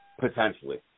potentially